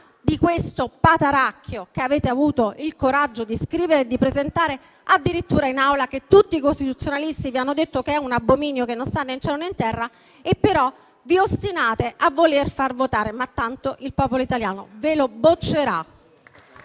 di questo pateracchio che avete avuto il coraggio di scrivere e di presentare addirittura in Aula, che tutti i costituzionalisti vi hanno detto che è un abominio che non sta né in cielo né in terra, ma che vi ostinate a voler far votare. Tanto il popolo italiano ve lo boccerà.